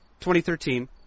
2013